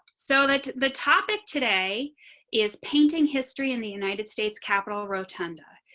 so that the topic today is painting history in the united states capitol rotunda,